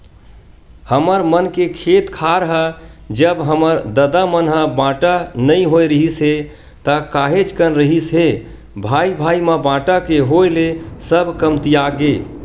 हमर मन के खेत खार ह जब हमर ददा मन ह बाटा नइ होय रिहिस हे ता काहेच कन रिहिस हे भाई भाई म बाटा के होय ले सब कमतियागे